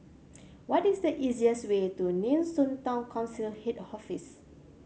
what is the easiest way to Nee Soon Town Council Head Office